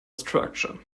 structure